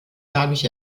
dadurch